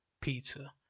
pizza